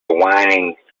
whining